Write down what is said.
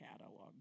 catalog